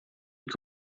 que